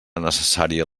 necessària